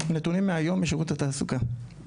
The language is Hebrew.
הנתונים מהיום משירות התעסוקה.